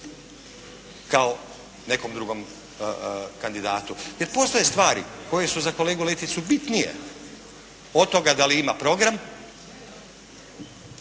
kao nekom drugom kandidatu. Jer postoje stvari koje su za kolegu Leticu bitnije od toga da li ima program